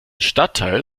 stadtteil